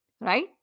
Right